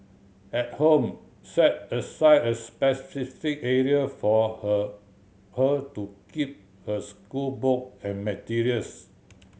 at home set aside a specific area for her her to keep her schoolbook and materials